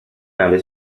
nave